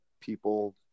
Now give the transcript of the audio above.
people